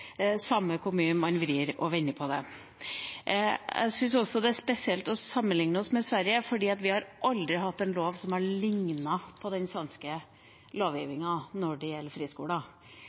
samme hvor mye man vrir og vender på det. Jeg syns også det er spesielt å sammenligne oss med Sverige, for vi har aldri hatt en lov som har lignet på den svenske lovgivningen når det gjelder friskoler.